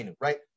right